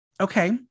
Okay